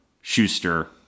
Schuster